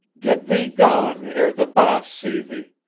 get thee gone ere the baas see thee.